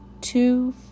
two